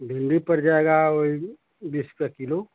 भिंडी पड़ आएगा वही बीस का किलो